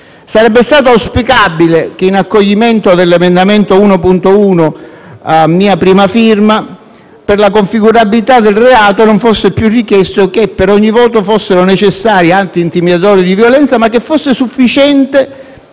Sarebbe stato auspicabile che, in accoglimento dell'emendamento 1.1, a mia prima firma, per la configurabilità del reato non fosse più richiesto che per ogni voto fossero necessari atti intimidatori di violenza, ma che fosse sufficiente